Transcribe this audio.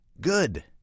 good